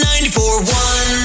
94-1